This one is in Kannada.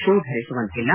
ಶೂ ಧರಿಸುವಂತಿಲ್ಲ